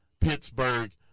Pittsburgh